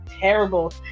terrible